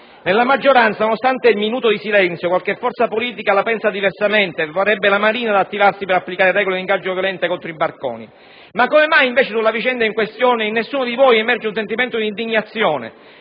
Nella maggioranza, nonostante il minuto di silenzio, qualche forza politica la pensa diversamente e vorrebbe la Marina attivarsi per applicare regole di ingaggio violente contro i barconi. Ma come mai, invece, sulla vicenda in questione in nessuno di voi emerge un sentimento di indignazione